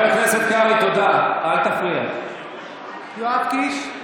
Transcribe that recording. נגד יואב קיש,